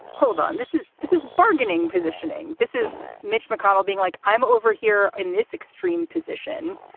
hold on. this is this is bargaining positioning. this is mitch mcconnell being like, i'm over here in this extreme position.